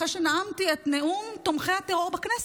אחרי שנאמתי את נאום תומכי הטרור בכנסת.